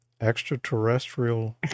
extraterrestrial